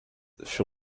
fut